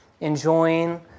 enjoying